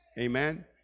Amen